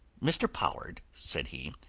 mr. pollard, said he,